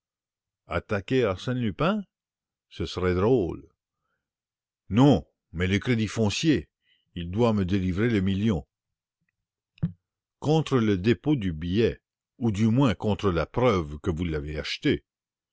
attaquer arsène lupin ce serait drôle non mais le crédit foncier il doit me délivrer le million contre le dépôt du billet ou du moins contre la preuve que vous l'avez acheté